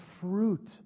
fruit